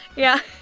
yeah.